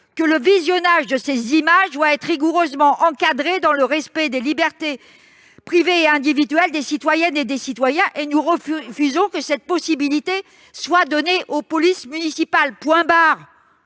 que le visionnage de ces images doit être rigoureusement encadré, dans le respect des libertés privées et individuelles des citoyennes et des citoyens, et nous refusons que cette possibilité soit donnée aux polices municipales, point barre